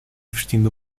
vestindo